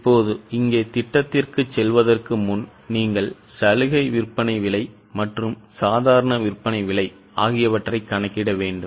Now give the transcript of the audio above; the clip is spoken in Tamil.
இப்போது இங்கே திட்டத்திற்குச் செல்வதற்கு முன் நீங்கள் சலுகை விற்பனை விலை மற்றும் சாதாரண விற்பனை விலை ஆகியவற்றைக் கணக்கிட வேண்டும்